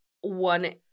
one